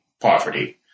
poverty